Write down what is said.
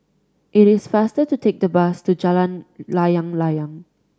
it is faster to take the bus to Jalan Layang Layang